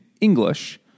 English